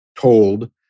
told